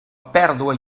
pèrdua